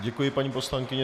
Děkuji, paní poslankyně.